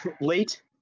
late